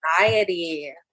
anxiety